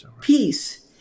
Peace